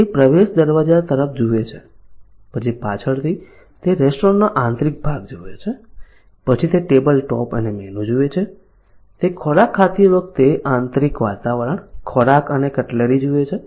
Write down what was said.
તે પ્રવેશ દરવાજા તરફ જુએ છે પછી પાછળથી તે રેસ્ટોરન્ટનો આંતરિક ભાગ જુએ છે પછી તે ટેબલ ટોપ અને મેનુ જુએ છે તે ખોરાક ખાતી વખતે આંતરિક વાતાવરણ ખોરાક અને કટલરી જુએ છે